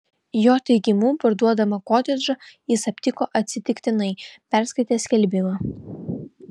jo teigimu parduodamą kotedžą jis aptiko atsitiktinai perskaitęs skelbimą